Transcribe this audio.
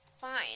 fine